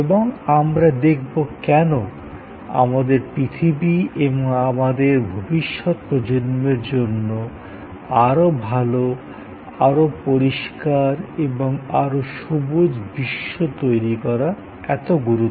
এবং আমরা দেখব কেন আমাদের পৃথিবী এবং আমাদের ভবিষ্যত প্রজন্মের জন্য আরও ভাল আরো পরিষ্কার এবং আরো সবুজ বিশ্ব তৈরি করা এতো গুরুত্বপূর্ণ